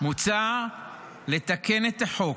מוצע לתקן את החוק,